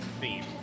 theme